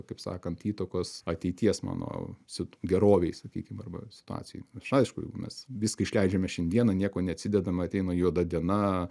kaip sakant įtakos ateities mano sit gerovei sakykim arba situacijoj aš aišku jeigu mes viską išleidžiame šiandieną nieko ne atsidedame ateina juoda diena